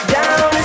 down